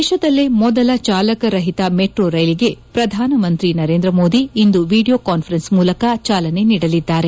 ದೇಶದಲ್ಲೇ ಮೊದಲ ಚಾಲಕ ರಹಿತ ಮೆಟ್ರೋ ರೈಲಿಗೆ ಪ್ರಧಾನಮಂತ್ರಿ ನರೇಂದ್ರ ಮೋದಿ ಇಂದು ವಿಡಿಯೋ ಕಾನ್ವರೆನ್ಸ್ ಮೂಲಕ ಚಾಲನೆ ನೀಡಲಿದ್ದಾರೆ